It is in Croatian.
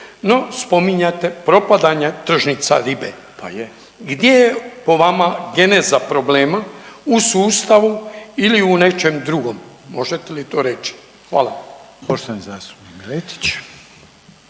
no spominjate propadanja tržnica ribe, gdje je po vama geneza problema u sustavu ili u nečem drugom, možete li to reći? Hvala.